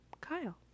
Kyle